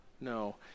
No